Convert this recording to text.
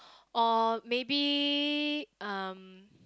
or maybe um